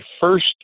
first